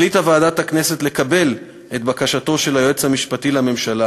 החליטה ועדת הכנסת לקבל את בקשתו של היועץ המשפטי לממשלה